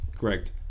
Correct